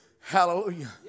hallelujah